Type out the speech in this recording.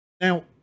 now